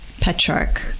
Petrarch